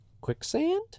Quicksand